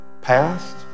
past